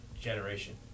generation